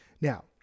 Now